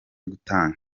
gutanga